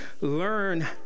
learn